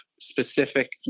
specific